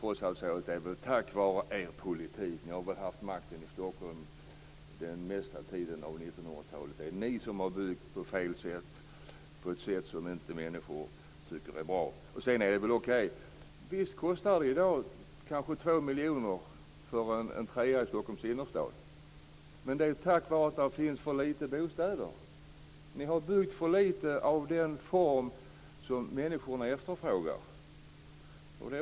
Socialdemokraterna har haft makten i Stockholm under största delen av 90-talet. Det är ni som har byggt på ett sätt som människor inte tycker är bra. Visst kostar en trerummare i Stockholms innerstad kanske 2 miljoner kronor, men det beror på att det finns för få bostäder. Ni har byggt för lite av den bostadsform människor efterfrågar.